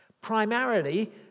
Primarily